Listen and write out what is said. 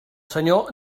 senyor